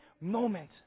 moment